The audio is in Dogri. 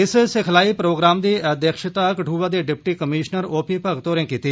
इस सिखलाई प्रोग्राम दी अध्यक्षता कठुआ दे deputy commissioner O P Bhagat होरें कीती